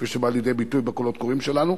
כפי שבא לידי ביטוי בקולות קוראים שלנו,